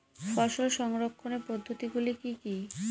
ফসল সংরক্ষণের পদ্ধতিগুলি কি কি?